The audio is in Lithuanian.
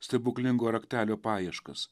stebuklingo raktelio paieškas